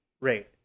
rate